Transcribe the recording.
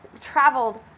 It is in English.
traveled